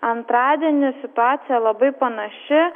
antradienį situacija labai panaši